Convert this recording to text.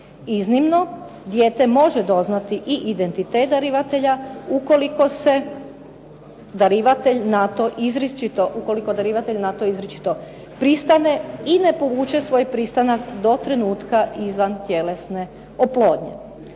Iznimno dijete može doznati i identitet darivatelja ukoliko darivatelj na to izričito pristane i ne povuče svoj pristanak do trenutka izvantjelesne oplodnje.